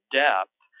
depth